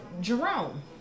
Jerome